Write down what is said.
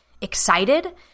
excited